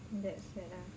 that's sad ah